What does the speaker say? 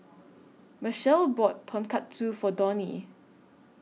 Machelle bought Tonkatsu For Donie